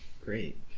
Great